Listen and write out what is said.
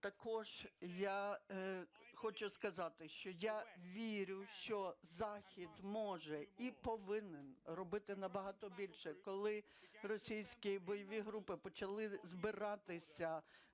також я хочу сказати, що я вірю, що Захід може і повинен робити набагато більше. Коли російські бойові групи почали збирати